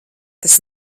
tas